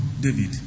David